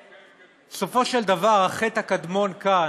בסופו של דבר, החטא הקדמון כאן,